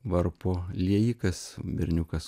varpo liejikas berniukas